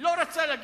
לא רצה להגיד,